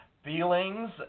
feelings